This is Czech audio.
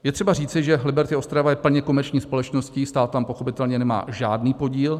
Je třeba říci, že Liberty Ostrava je plně komerční společností, stát tam pochopitelně nemá žádný podíl.